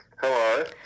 Hello